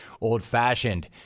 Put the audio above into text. old-fashioned